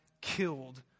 killed